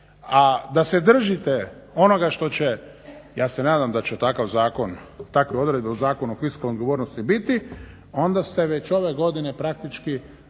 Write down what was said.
a da se držite onoga što će, ja se nadam da će takav zakon, takve odredbe u Zakonu o fiskalnoj odgovornosti biti onda ste već ove godine praktički